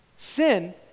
sin